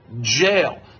jail